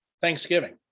Thanksgiving